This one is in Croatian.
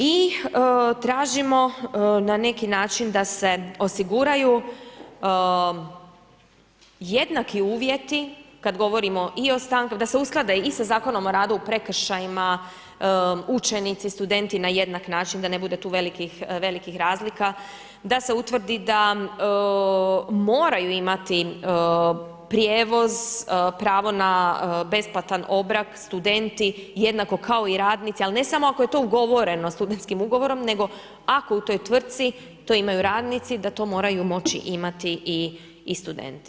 I tražimo na neki način da se osiguraju jednaki uvjeti, kad govorimo da se usklade i sa Zakonom o radu u prekršajima, učenici, studenti na jednak način, da ne bude tu velikih razlika, da se utvrdi da moraju imati prijevoz, pravo na besplatan obrok, studenti, jednako kao i radnici ali ne samo ako je to ugovoreno studentskim ugovorom nego ako u toj tvrtci to imaju radnici, da to moraju moći imati i studenti.